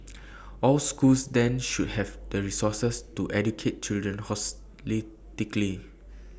all schools then should have the resources to educate children